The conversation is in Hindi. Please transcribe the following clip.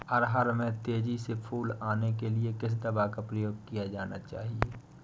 अरहर में तेजी से फूल आने के लिए किस दवा का प्रयोग किया जाना चाहिए?